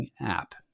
app